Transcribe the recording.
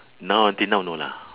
now until now no lah